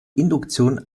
induktion